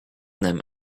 them